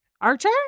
Archer